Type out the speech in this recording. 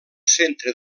centre